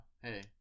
hey